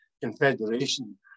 confederation